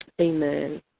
Amen